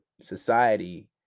society